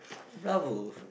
bravo